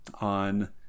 on